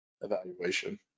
evaluation